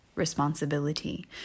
responsibility